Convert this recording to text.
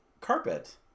carpet